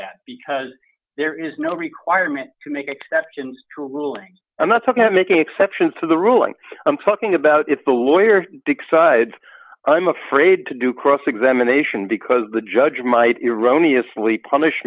that because there is no requirement to make exceptions to rulings i'm not talking of making exceptions to the ruling i'm talking about if the lawyer dick sides i'm afraid to do cross examination because the judge might eroni asleep punish